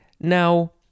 Now